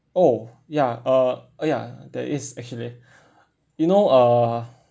oh ya uh ya there is actually you know uh